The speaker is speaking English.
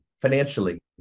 financially